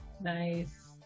Nice